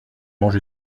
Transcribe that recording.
mangé